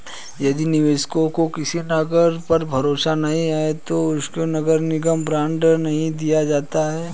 यदि निवेशकों को किसी नगर पर भरोसा नहीं है तो उनको नगर निगम बॉन्ड नहीं दिया जाता है